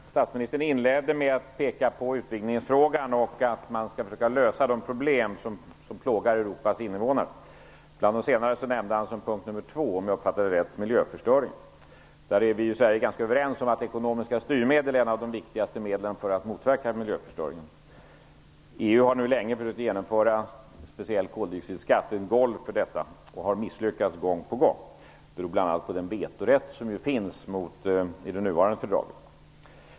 Fru talman! Statsministern inledde med att peka på utvidgningsfrågan och att man skall försöka lösa de problem som plågar Europas invånare. Bland problemen nämnde han, som punkt nr 2 om jag uppfattade det rätt, miljöförstöringen. Vi är i Sverige ganska överens om att ekonomiska styrmedel är ett av de viktigaste medlen för att motverka miljöförstöringen. EU har nu länge försökt genomföra en speciell koldioxidskatt och ett golv för denna och har misslyckats gång på gång. Det beror bl.a. på den vetorätt som ju finns i det nuvarande fördraget.